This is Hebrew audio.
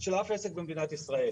של אף עסק במדינת ישראל.